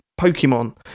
Pokemon